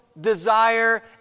desire